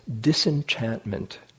disenchantment